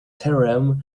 theorem